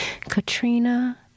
Katrina